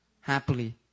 happily